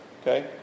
Okay